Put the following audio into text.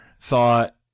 thought